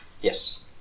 Yes